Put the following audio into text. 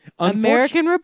American